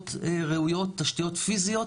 תשתיות ראויות, תשתיות פיזיות,